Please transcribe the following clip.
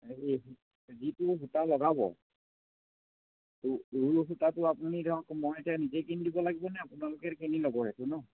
হেৰি যিটো সূতা লগাব ঊল সূতাটো আপুনি ধৰক মই এতিয়া নিজে কিনি দিব লাগিবনে আপোনালোকে কিনি ল'ব সেইটো ন